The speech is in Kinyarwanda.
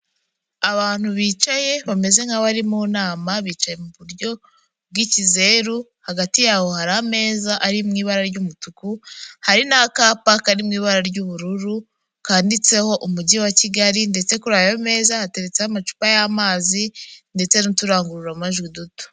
Abantu bicaye bameze nkaho bari mu nama, bicaye mu buryo bw'ikizeru, hagati yabo hari ameza ari mu ibara ry'umutuku, hari n'akapa kari mu ibara ry'ubururu kanditseho Umujyi wa Kigali ndetse kuri ayo meza hateretseho amacupa y'amazi ndetse n'uturangururamajwi duto.